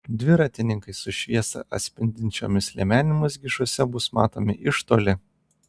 dviratininkai su šviesą atspindinčiomis liemenėmis gižuose bus matomi iš toli